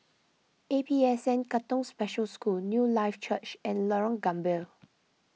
A P S N Katong Special School Newlife Church and Lorong Gambir